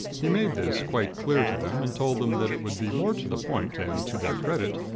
he made this quite clear to them, and told them that it would be more to the point and to their credit,